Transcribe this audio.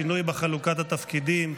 שינוי בחלוקת התפקידים,